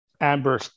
Amber